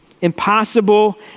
Impossible